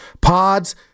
Pods